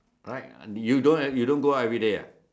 correct you don't ev~ you don't go out everyday ah